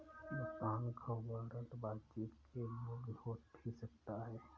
भुगतान का वारंट बातचीत के योग्य हो भी सकता है